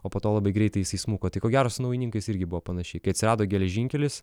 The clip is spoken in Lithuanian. o po to labai greitai jisai smuko tai ko gero su naujininkais irgi buvo panašiai kai atsirado geležinkelis